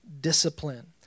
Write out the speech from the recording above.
discipline